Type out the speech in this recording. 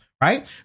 right